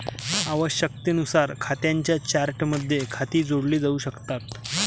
आवश्यकतेनुसार खात्यांच्या चार्टमध्ये खाती जोडली जाऊ शकतात